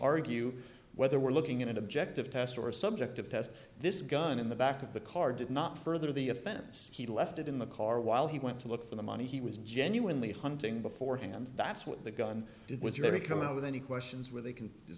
argue whether we're looking at an objective test or subjective test this gun in the back of the car did not further the offense he left it in the car while he went to look for the money he was genuinely hunting beforehand that's what the gun did was they come out with any questions where they can is